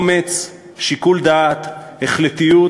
אומץ, שיקול דעת, החלטיות,